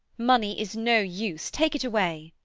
money is no use. take it away.